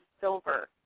silver